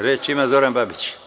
Reč ima Zoran Babić.